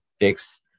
takes